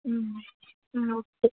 ம் ம் ஓகே